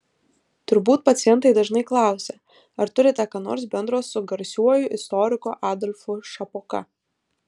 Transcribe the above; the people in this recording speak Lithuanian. turbūt pacientai dažnai klausia ar turite ką nors bendro su garsiuoju istoriku adolfu šapoka